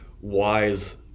wise